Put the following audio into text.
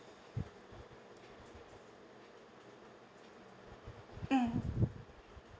mm